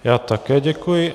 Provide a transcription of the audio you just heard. Já také děkuji.